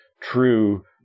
true